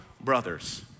Brothers